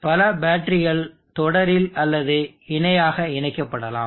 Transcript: பல பேட்டரிகள் தொடரில் அல்லது இணையாக இணைக்கப்படலாம்